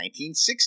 1960